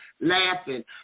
laughing